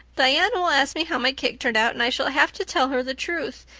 diana will ask me how my cake turned out and i shall have to tell her the truth.